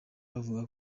bavuga